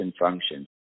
function